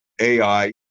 AI